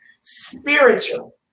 spiritual